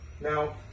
Now